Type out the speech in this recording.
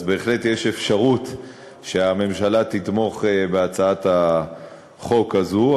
אז בהחלט יש אפשרות שהממשלה תתמוך בהצעת החוק הזו,